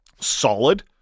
solid